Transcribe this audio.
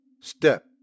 Step